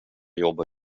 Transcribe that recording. jobba